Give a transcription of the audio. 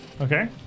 okay